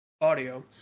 audio